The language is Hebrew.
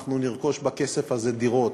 ואנחנו נרכוש בכסף הזה דירות.